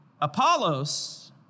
Apollos